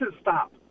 stop